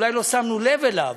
אולי לא שמנו לב אליו,